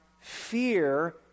fear